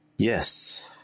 Yes